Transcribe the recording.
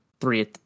three